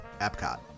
Epcot